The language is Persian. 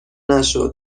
نشد